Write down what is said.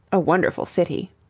a wonderful city.